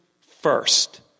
first